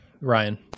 Ryan